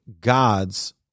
God's